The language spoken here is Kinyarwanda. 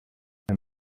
iyi